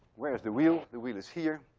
where is the wheel? the wheel is here.